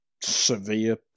severe